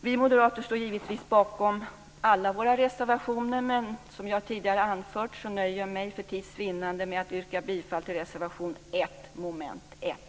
Vi moderater står givetvis bakom alla våra reservationer, men som jag tidigare har anfört nöjer jag mig för tids vinnande med att yrka bifall till reservation 1 under mom. 1.